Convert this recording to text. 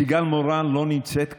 סיגל מורן לא נמצאת כאן,